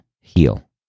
heal